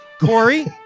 Corey